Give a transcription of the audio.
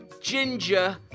ginger